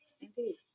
indeed